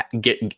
get